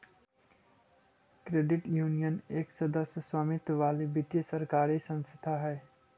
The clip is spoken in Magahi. क्रेडिट यूनियन एक सदस्य स्वामित्व वाली वित्तीय सरकारी संस्था हइ